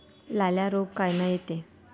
लाल्या रोग कायनं येते?